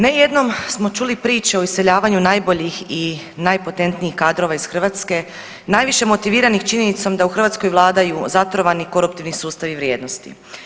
Ne jednom smo čuli priče o iseljavanju najboljih i najpotentnijih kadrova iz Hrvatske, najviše motiviranih činjenicom da u Hrvatskoj vladaju zatrovani koruptivni sustavi vrijednosti.